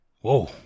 whoa